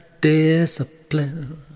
discipline